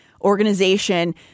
organization